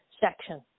section